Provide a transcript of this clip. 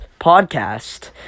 podcast